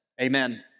amen